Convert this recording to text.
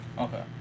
Okay